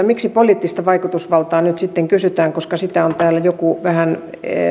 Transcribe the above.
miksi poliittista vaikutusvaltaa nyt sitten kysytään koska sitä on täällä joku vähän